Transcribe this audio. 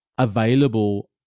available